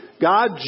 God